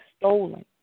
stolen